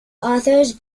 authors